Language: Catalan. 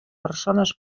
persones